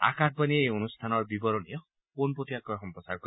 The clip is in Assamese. আকাশবাণীয়ে এই অনুষ্ঠানৰ বিৱৰণী পোনপটীয়াকৈ সম্প্ৰচাৰ কৰিব